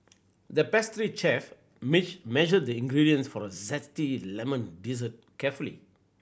the pastry chef measured the ingredients for a zesty lemon dessert carefully